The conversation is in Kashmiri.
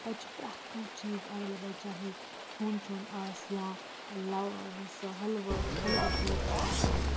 تَتہِ چھِ پرٛٮ۪تھ کانٛہہ چیٖز اٮ۪ویلیبٕل چاہے کھیوٚن چیوٚن آسہِ یا حلوٕ حلوٕ ژوٚٹ چھِ آسان